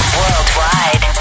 worldwide